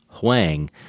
Huang